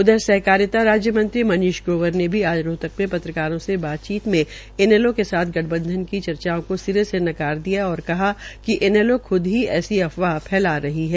उधर सहकारिता राज्य मंत्री मनीष ग्रोवर ने भी आज रोहतक में पत्रकारों से बातचीत में इनैलो के साथ गठबंधन की चर्चाओं को सिरे से नकार दिया और कहा कि इनैलो ख्द ही ऐसी अफवाह फैला रही है